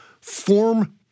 form